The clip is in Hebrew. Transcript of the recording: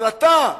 אבל אתה,